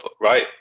Right